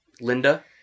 Linda